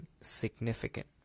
Significant